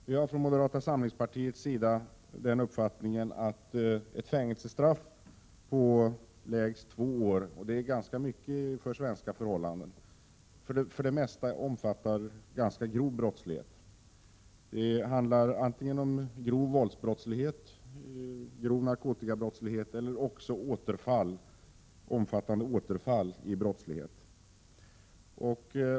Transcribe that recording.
Vi har från moderata samlingspartiets sida den uppfattningen, att ett fängelsestraff på lägst två år — det är ganska mycket för svenska förhållanden —- för det mesta omfattar ganska grov brottslighet. Det handlar om antingen grov våldsbrottslighet, grov narkotikabrottslighet eller omfattande återfall i brottslighet.